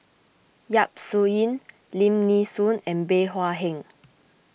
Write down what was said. Yap Su Yin Lim Nee Soon and Bey Hua Heng